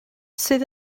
sydd